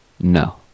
No